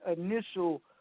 initial